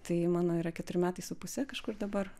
tai mano yra keturi metai su puse kažkur dabar